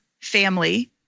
family